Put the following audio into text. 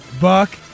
buck